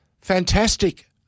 fantastic